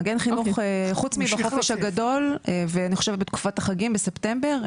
חוץ בחופש הגדול ואני חושבת שבתקופת החגים בספטמבר,